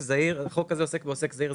החוק הזה עוסק בעוסק זעיר,